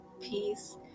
peace